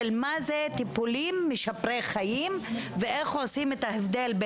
של מה זה טיפולים משפרי חיים ואיך עושים את ההבדל.